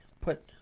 put